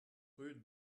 rue